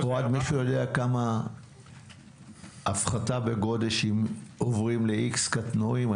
מישהו יודע כמה הפחתה בגודש אם עוברים ל-X קטנועים?